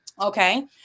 okay